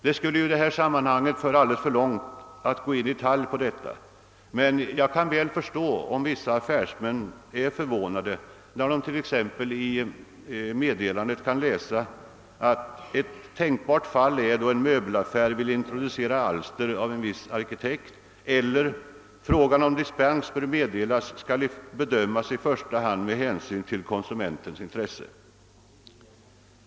Det skulle i detta sammanhang föra alldeles för långt att gå in på detaljer, men jag kan väl förstå om vissa affärsmän är förvånade när de t.ex. i meddelandet kan läsa: »Ett annat tänkbart fall är då en möbelaffär vill introducera alster av en viss arkitekt», eller: »Fråga om dispens bör meddelas skall bedömas i första hand med hänsyn till konsumentens intresse».